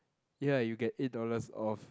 ya you get eight dollars off